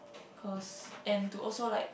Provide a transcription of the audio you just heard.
cause and to also like